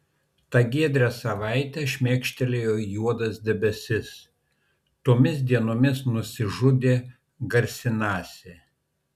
tą giedrią savaitę šmėkštelėjo juodas debesis tomis dienomis nusižudė garsinasi